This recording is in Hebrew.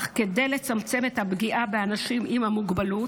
אך כדי לצמצם את הפגיעה באנשים עם מוגבלות